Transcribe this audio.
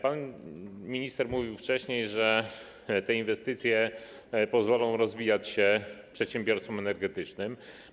Pan minister mówił wcześniej, że te inwestycje pozwolą rozwijać się przedsiębiorstwom energetycznym.